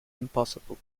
impossible